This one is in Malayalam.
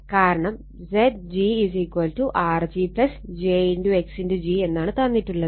കാരണം Zg r g j x g എന്നാണ് തന്നിട്ടുള്ളത്